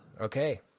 Okay